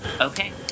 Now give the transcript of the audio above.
Okay